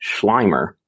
Schleimer